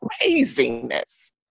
craziness